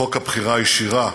חוק הבחירה הישירה,